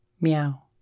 meow